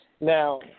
Now